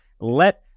Let